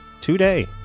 today